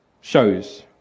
shows